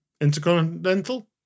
Intercontinental